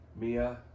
Mia